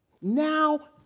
now